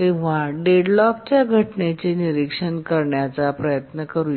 तेव्हा डेडलॉकच्या घटनेचे निरीक्षण करण्याचा प्रयत्न करूया